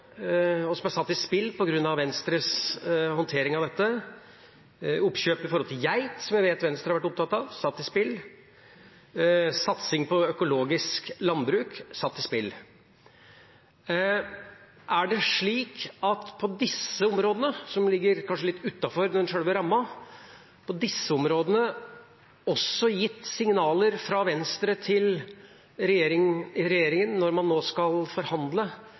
og som er satt i spill på grunn av Venstres håndtering av dette. Oppkjøp når det gjelder geit, som jeg vet Venstre har vært opptatt av, er satt i spill. Satsing på økologisk landbruk er også satt i spill. Er det slik at det på disse områdene – som kanskje ligger litt utenfor sjølve rammen – også er gitt signaler fra Venstre til regjeringa, når man nå skal forhandle